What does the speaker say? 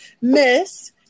Miss-